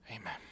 Amen